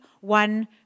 one